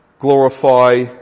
glorify